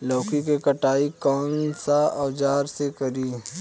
लौकी के कटाई कौन सा औजार से करी?